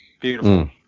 Beautiful